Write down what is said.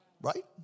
Right